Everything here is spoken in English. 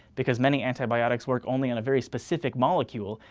because many antibiotics work only in a very specific molecule.